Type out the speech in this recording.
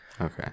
okay